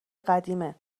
قدیمه